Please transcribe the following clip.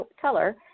color